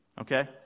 okay